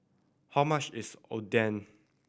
how much is Oden